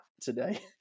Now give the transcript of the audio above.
today